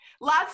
lots